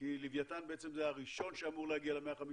כי לווייתן זה בעצם הראשון שהיה אמור להגיע ל-150.